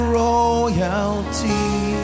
royalty